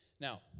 Now